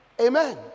Amen